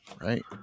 Right